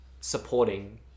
supporting